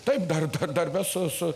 taip dar darbe su su